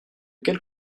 quelle